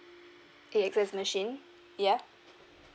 A_X_S machine yeah